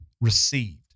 received